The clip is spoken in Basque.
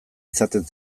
izaten